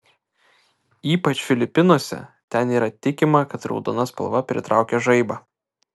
ypač filipinuose ten yra tikima kad raudona spalva pritraukia žaibą